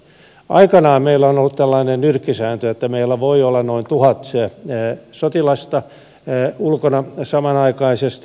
aikanaan meillä on ollut tällainen nyrkkisääntö että meillä voi olla noin tuhat sotilasta ulkona samanaikaisesti